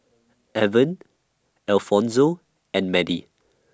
Evan Alfonzo and Madie